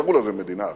קראו לזה מדינה אחרת,